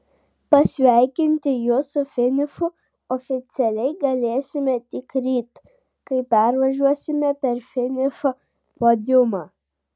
pasveikinti jus su finišu oficialiai galėsime tik ryt kai pervažiuosime per finišo podiumą